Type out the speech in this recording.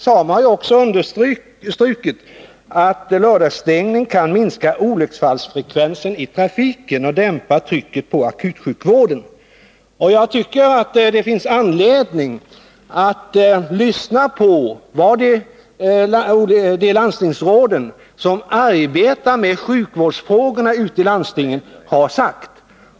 SAMO har även understrukit att en lördagsstängning kan minska olycksfallsfrekvensen i trafiken och dämpa trycket på akutsjukvården. Jag tycker att det finns anledning att lyssna på vad de landstingsråd som arbetar med sjukvårdsfrågorna ute i landstingen har sagt.